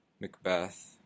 Macbeth